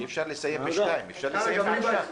שאי אפשר לסיים ב- 14:00. אפשר לסיים ב-14:00.